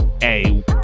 hey